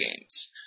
games